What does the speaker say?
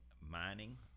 mining